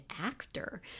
actor